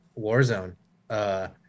Warzone